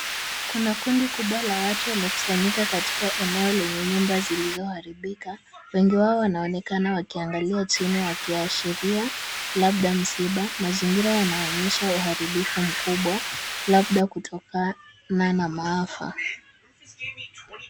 Kuna kundi kubwa la watu wamekusanyika katika eneo lenye nyumba zilizoharibika. Wengi wao wanaonekana wakiangalia chini wakiashiria labda msiba. Mazingira yanaonyesha uharibifu mkubwa labda kutokana na maafa.